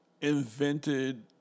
invented